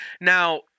Now